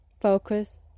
focus